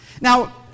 Now